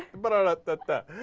but like that that